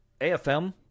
AFM